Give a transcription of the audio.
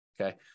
okay